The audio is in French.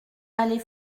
allée